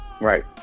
Right